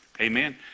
Amen